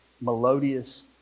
melodious